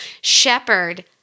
shepherd